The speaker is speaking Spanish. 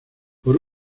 por